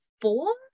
four